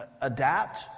adapt